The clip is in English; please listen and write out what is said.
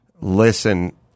listen